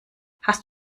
hast